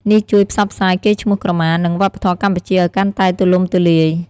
នេះជួយផ្សព្វផ្សាយកេរ្តិ៍ឈ្មោះក្រមា និងវប្បធម៌កម្ពុជាឲ្យកាន់តែទូលំទូលាយ។